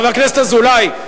חבר הכנסת אזולאי.